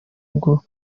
bwo